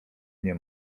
nie